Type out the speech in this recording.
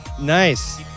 nice